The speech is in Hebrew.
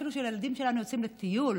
אפילו כשהילדים שלנו יוצאים לטיול,